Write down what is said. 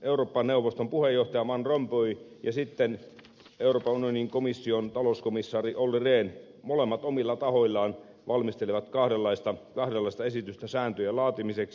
euroopan neuvoston puheenjohtaja van rompuy ja euroopan unionin komission talouskomissaari olli rehn molemmat omilla tahoillaan valmistelevat kahdenlaista esitystä sääntöjen laatimiseksi